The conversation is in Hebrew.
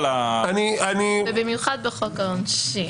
במיוחד בחוק העונשים.